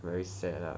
very sad lah